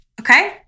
Okay